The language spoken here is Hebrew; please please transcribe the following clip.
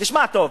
אני שומע טוב.